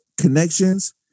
Connections